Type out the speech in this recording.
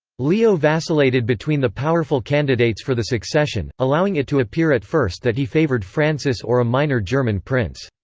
leo vacillated between the powerful candidates for the succession, allowing it to appear at first that he favoured francis or a minor german prince.